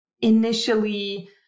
initially